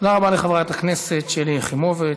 תודה רבה לחברת הכנסת שלי יחימוביץ.